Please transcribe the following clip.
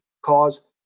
cause